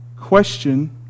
question